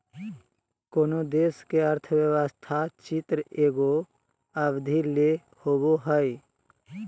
कोनो देश के अर्थव्यवस्था चित्र एगो अवधि ले होवो हइ